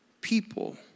people